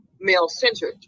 male-centered